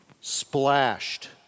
splashed